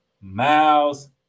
Miles